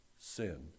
sin